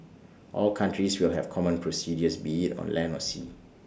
all countries will have common procedures be IT on land or sea